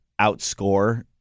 outscore